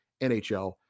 NHL